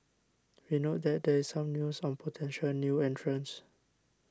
we note that there is some news on potential new entrants